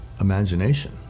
imagination